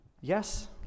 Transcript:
Yes